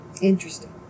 Interesting